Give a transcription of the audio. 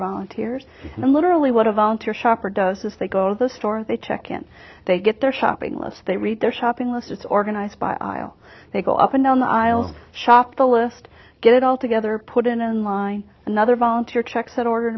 volunteers and literally what a volunteer shopper does is they go to the store they check in they get their shopping lists they read their shopping list it's organized by aisle they go up and down the aisles shop the list get it all together put in a line another volunteer checks that order